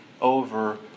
over